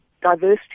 diversity